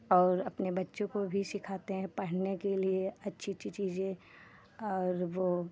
और अपने बच्चों को भी सिखाते हैं पढ़ने के लिए अच्छी अच्छी चीज़ें और वो